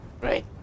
Right